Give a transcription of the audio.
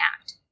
act